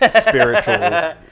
spiritual